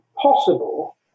possible